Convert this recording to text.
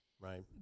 Right